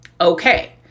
Okay